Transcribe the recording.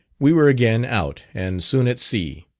we were again out, and soon at sea.